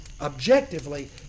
objectively